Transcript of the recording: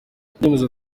ibyemezo